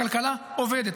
הכלכלה עובדת,